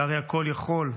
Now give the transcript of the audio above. קרעי הכול-יכול,